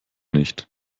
nicht